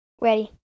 Ready